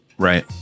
Right